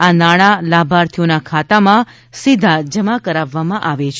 આ નાણા લાભાર્થીઓના ખાતામાં સીધા જમા કરાવવામાં આવે છે